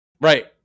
Right